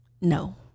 No